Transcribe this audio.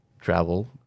travel